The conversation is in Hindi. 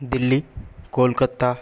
दिल्ली कोलकत्ता